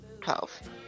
Twelve